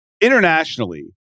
Internationally